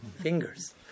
fingers